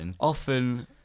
often